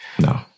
No